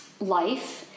life